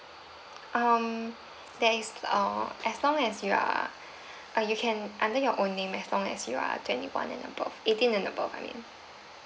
um there is uh as long as you are uh you can under your own name as long as you are twenty one and above eighteen and above I mean